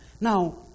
Now